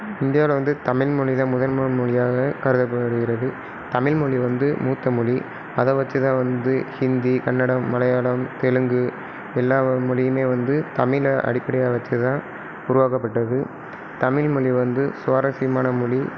இந்தியாவில் வந்து தமிழ்மொழி தான் முதன்மை மொழியாக கருதப்படுகிறது தமிழ்மொழி வந்து மூத்த மொழி அதை வச்சு தான் வந்து ஹிந்தி கன்னடம் மலையாளம் தெலுங்கு எல்லா மொழியுமே வந்து தமிழை அடிப்படையாக வச்சு தான் உருவாக்கப்பட்டது தமிழ்மொழி வந்து சுவாரசியமான மொழி